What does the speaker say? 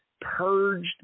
purged